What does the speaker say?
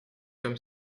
comme